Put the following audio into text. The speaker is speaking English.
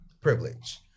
privilege